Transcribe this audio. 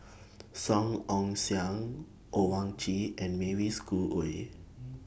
Song Ong Siang Owyang Chi and Mavis Khoo Oei